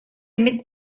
mit